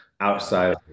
outside